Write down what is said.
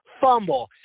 fumble